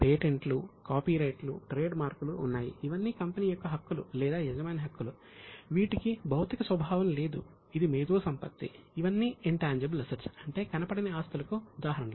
పేటెంట్లు ఉన్నాయి ఇవన్నీ కంపెనీ యొక్క హక్కులు లేదా యజమాని హక్కులు వీటికి భౌతిక స్వభావం లేదు ఇది మేధో సంపత్తి ఇవన్నీ ఇన్ టాన్జిబుల్ అసెట్స్ అంటే కనపడని ఆస్తులకు ఉదాహరణలు